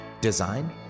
design